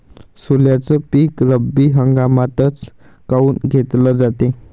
सोल्याचं पीक रब्बी हंगामातच काऊन घेतलं जाते?